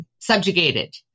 subjugated